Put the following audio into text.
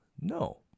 No